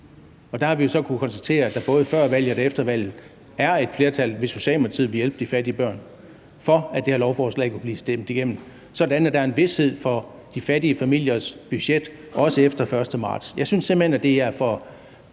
er et flertal, hvis Socialdemokratiet vil hjælpe de fattige børn, så det her lovforslag kan blive stemt igennem, sådan at der er en vished i forhold til de fattige familiers budget også efter den 1. marts.